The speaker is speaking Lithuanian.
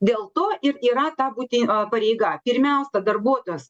dėl to ir yra ta būti pareiga pirmiausia darbuotojas